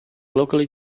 locally